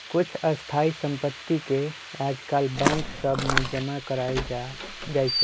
कुछ स्थाइ सम्पति के याजकाल बैंक सभ में जमा करायल जाइ छइ